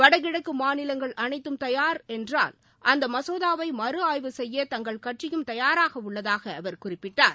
வடகிழக்கு மாநிலங்கள் அனைத்தும் தயார் என்றால் அந்த மசோதாவை மறு ஆய்வு செய்ய தங்கள் கட்சியும் தயாராக உள்ளதாக அவர் குறிப்பிட்டார்